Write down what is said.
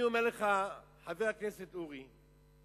אני אומר לך, חבר הכנסת אורי,